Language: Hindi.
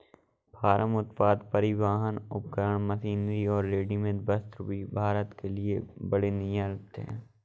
फार्म उत्पाद, परिवहन उपकरण, मशीनरी और रेडीमेड वस्त्र भी भारत के लिए बड़े निर्यात हैं